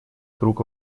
круг